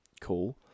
cool